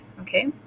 Okay